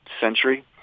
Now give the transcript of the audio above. century